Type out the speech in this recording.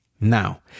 Now